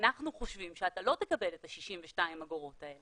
אנחנו חושבים שאתה לא תקבל את ה-62 אגורות האלה